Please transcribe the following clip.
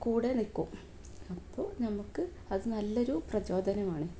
കൂടെ നിൽക്കും അപ്പോൾ നമുക്ക് അത് നല്ലൊരു പ്രചോദനമാണ്